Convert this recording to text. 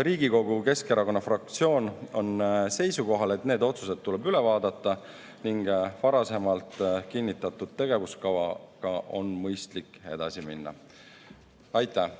Riigikogu Keskerakonna fraktsioon on seisukohal, et need otsused tuleb üle vaadata ning varasemalt kinnitatud tegevuskavaga on mõistlik edasi minna. Aitäh!